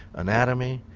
anatomy.